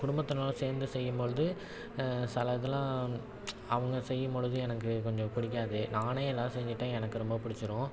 குடும்பத்தனோடு சேர்ந்து செய்யும் பொழுது சில இதெல்லாம் அவங்க செய்யும் பொழுது எனக்கு கொஞ்சம் பிடிக்காது நானே எல்லாம் செஞ்சுட்டா எனக்கு ரொம்ப பிடிச்சுரும்